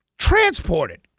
transported